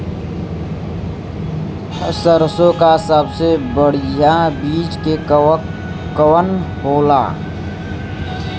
सरसों क सबसे बढ़िया बिज के कवन होला?